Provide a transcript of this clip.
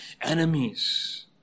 enemies